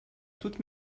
toutes